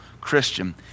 Christian